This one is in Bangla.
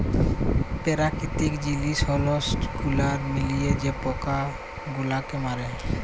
পেরাকিতিক জিলিস ছব গুলাল মিলায় যে পকা গুলালকে মারে